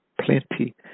plenty